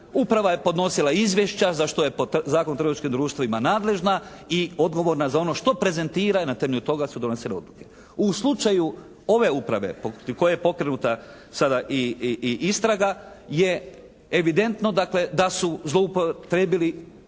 Uprava je podnosila izvješća za što je po Zakonu o trgovačkim društvima nadležna i odgovorna za ono što prezentira i na temelju toga su donesene odluke. U slučaju ove uprave protiv koje je pokrenuta sada i istraga je evidentno dakle da su zloupotrijebili,